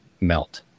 melt